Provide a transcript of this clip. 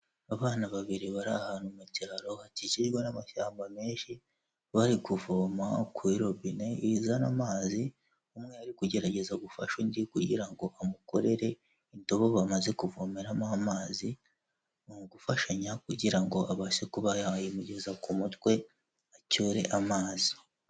Abana babiri bari ahantu mu cyaro hakijijwe n'amashyamba menshi, bari kuvoma kuri robine izana amazi. Umwe ari kugerageza gufasha undi kugira ngo amukorere indobo bamaze kuvomeramo amazi, ni ugufashanya kugira ngo abashe kuba yayimugeza ku mutwe acyure amazi.